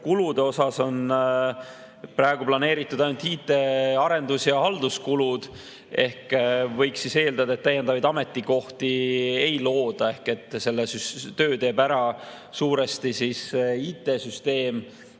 Kulude osas on praegu planeeritud ainult IT arendus- ja halduskulud. Ehk siis võiks eeldada, et täiendavaid ametikohti ei looda ja selle töö teeb ära suuresti IT‑süsteem.